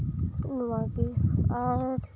ᱚᱱᱟᱜᱮ ᱟᱨ